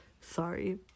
sorry